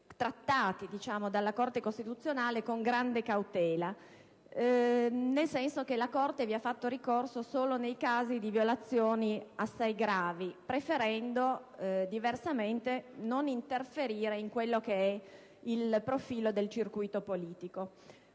trattati dalla Corte costituzionale con grande cautela, nel senso che la Corte vi ha fatto ricorso solo nei casi di violazioni assai gravi, preferendo non interferire nel profilo del circuito politico.